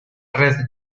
red